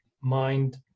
mind